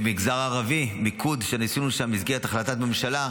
במגזר הערבי, מיקוד שעשינו שם במסגרת החלטת ממשלה.